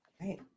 Right